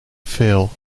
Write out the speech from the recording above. fail